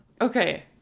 okay